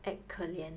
act 可怜